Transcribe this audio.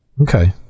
Okay